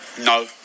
No